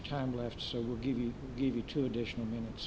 time left so we'll give you give you two additional minutes